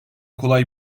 kolay